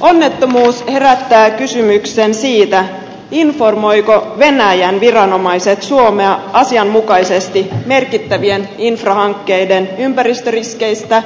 onnettomuus herättää kysymyksen siitä informoivatko venäjän viranomaiset suomea asianmukaisesti merkittävien infrahankkeiden ympäristöriskeistä